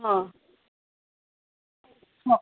हं हो